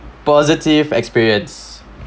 positive experience